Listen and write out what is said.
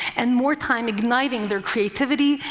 and more time igniting their creativity,